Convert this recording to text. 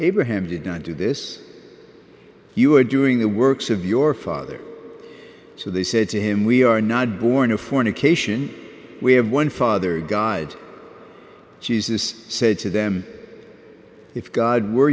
abraham did not do this you are doing the works of your father so they said to him we are not born of fornication we have one father god jesus said to them if god were